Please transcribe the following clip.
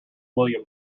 william